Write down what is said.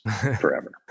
forever